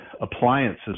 Appliances